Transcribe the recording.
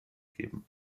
geben